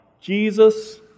Jesus